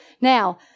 Now